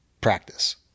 practice